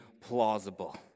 plausible